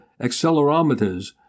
accelerometers